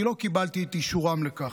כי לא קיבלתי את אישורם לכך,